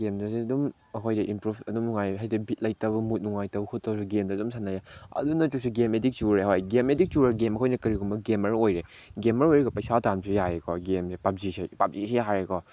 ꯒꯦꯝꯗꯁꯨ ꯑꯗꯨꯝ ꯑꯩꯈꯣꯏꯗ ꯏꯝꯄ꯭ꯔꯨꯞ ꯑꯗꯨꯝ ꯅꯨꯡꯉꯥꯏꯕ ꯍꯥꯏꯗꯤ ꯕꯤꯠ ꯂꯩꯇꯕ ꯃꯨꯠ ꯅꯨꯡꯉꯥꯏꯇꯕ ꯈꯣꯠꯇꯕ ꯒꯦꯝꯁꯦ ꯑꯗꯨꯝ ꯁꯥꯟꯅꯩ ꯑꯗꯨ ꯅꯠꯇ꯭ꯔꯁꯨ ꯒꯦꯝ ꯑꯦꯗꯤꯛ ꯆꯨꯔꯦ ꯍꯣꯏ ꯒꯦꯝ ꯑꯦꯗꯤꯛ ꯆꯨꯔ ꯒꯦꯝ ꯑꯩꯈꯣꯏꯅ ꯀꯔꯤꯒꯨꯝꯕ ꯒꯦꯝꯃꯔ ꯑꯣꯏꯔꯦ ꯒꯦꯝꯃꯔ ꯑꯣꯏꯔꯒ ꯄꯩꯁꯥ ꯇꯥꯟꯕꯁꯨ ꯌꯥꯏꯌꯦꯀꯣ ꯒꯦꯝꯁꯦ ꯄꯞꯖꯤꯁꯦ ꯄꯞꯖꯤꯁꯦ ꯍꯥꯏꯔꯦꯀꯣ